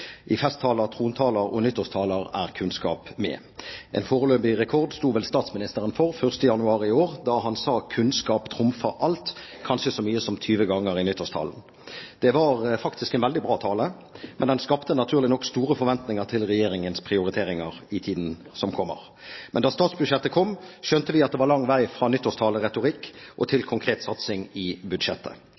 I festtaler, trontaler og nyttårstaler er kunnskap med. En foreløpig rekord sto vel statsministeren for 1. januar i år da han i nyttårstalen sa «kunnskap trumfer alt» kanskje så mye som 20 ganger. Det var faktisk en veldig bra tale, men den skapte naturlig nok store forventninger til regjeringens prioriteringer i tiden som kommer. Men da statsbudsjettet kom, skjønte vi at det var lang vei fra nyttårstaleretorikk og til konkret satsing i budsjettet,